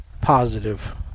positive